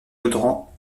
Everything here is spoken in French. audran